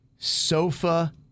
Sofa